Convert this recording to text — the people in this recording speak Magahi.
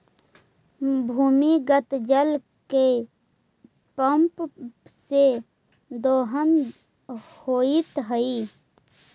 भूमिगत जल के पम्प से दोहन होइत हई